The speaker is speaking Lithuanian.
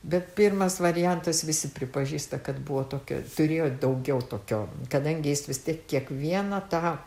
bet pirmas variantas visi pripažįsta kad buvo tokio turėjo daugiau tokio kadangi jis vis tiek kiekvieną tą